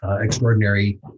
extraordinary